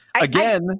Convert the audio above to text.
again